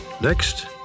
Next